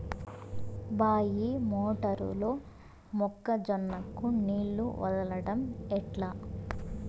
బాయి మోటారు లో మొక్క జొన్నకు నీళ్లు వదలడం ఎట్లా?